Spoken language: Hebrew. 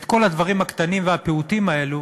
כל הדברים הקטנים והפעוטים האלה,